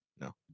No